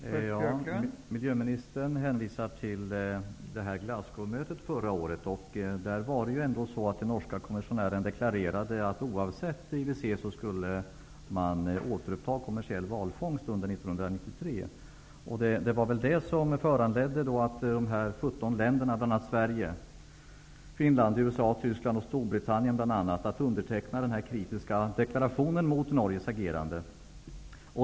Fru talman! Miljööministern hänvisar till Glasgowmötet förra året. Där deklarerade ju ändå den norska kommissionären att man oavsett IWC:s uppfattning skulle återuppta kommersiell valfångst under 1993. Det var väl det som föranledde de här 17 länderna, bl.a. Sverige, Finland, USA, Tyskland och Storbritannien, att underteckna den här kritiska deklarationen mot Norges agerande.